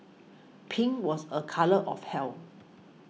pink was a colour of health